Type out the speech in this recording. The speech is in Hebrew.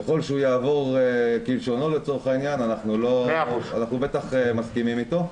ככל שהוא יעבור כלשונו אנחנו מסכימים איתו.